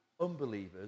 unbelievers